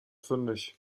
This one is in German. fündig